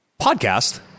Podcast